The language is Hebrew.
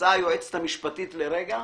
יצאה היועצת המשפטית לרגע